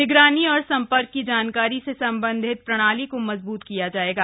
निगरानी और संपर्क की जानकारी से संबंधित प्रणाली को मजबूत किया जाएगा